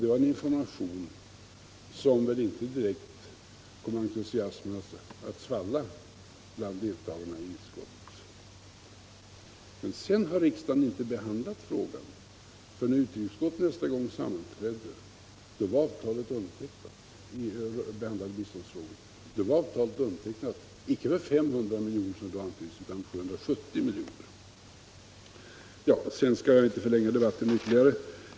Det var en information som väl inte direkt fick entusiasmen att svalla bland medlemmarna av utskottet. Men sedan har riksdagen inte behandlat frågan, för när utrikesutskottet nästa gång sammanträdde för behandlande av biståndsfrågor var avtalet underteck nat, icke för 500 miljoner som tidigare antyddes utan för 770 miljoner. Jag skall inte ytterligare förlänga debatten.